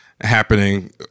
happening